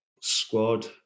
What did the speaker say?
squad